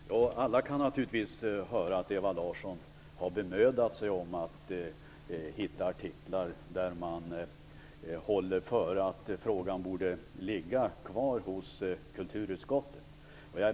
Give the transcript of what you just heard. Fru talman! Alla kan naturligtvis höra att Ewa Larsson har bemödat sig om att hitta artiklar där det hålls före att frågan borde ligga kvar i kulturutskottet.